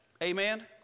Amen